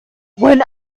when